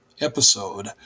episode